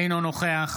אינו נוכח